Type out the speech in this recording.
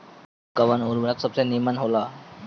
कवन उर्वरक सबसे नीमन होला?